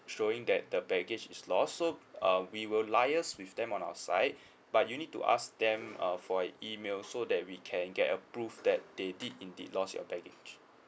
showing that the baggage is lost so uh we will liaise with them on our side but you need to ask them uh for an email so that we can get a proof that they did indeed loss your baggage